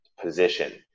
position